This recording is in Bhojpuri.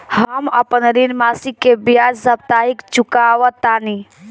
हम अपन ऋण मासिक के बजाय साप्ताहिक चुकावतानी